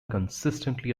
consistently